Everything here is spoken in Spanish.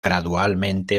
gradualmente